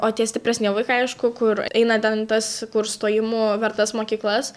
o tie stipresni vaikai aišku kur eina ten tas kur stojimų vertas mokyklas